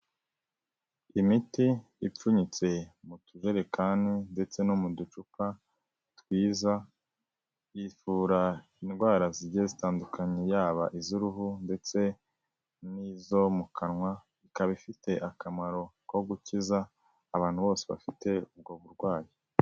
Imiti ipfunyitse mu tujerekani ndetse no mu ducupa twiza, ivura indwara zigiye zitandukanye, yaba iz'uruhu ndetse n'izo mu kanwa, ikaba ifite akamaro ko gukiza abantu bose bafite ubwo burwayi.